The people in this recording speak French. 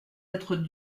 être